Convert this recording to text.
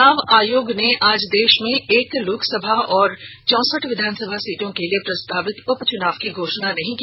चुनाव आयोग ने आज देश में एक लोकसभा और चौसठ विधानसभा सीटों के लिए प्रस्तावित उपचुनाव की घोषणा नहीं की